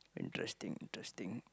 interesting interesting